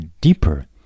deeper